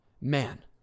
Man